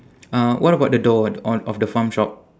uh what about the door on of the farm shop